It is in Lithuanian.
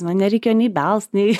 na nereikėjo nei belst nei